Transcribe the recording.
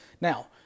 Now